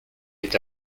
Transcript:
est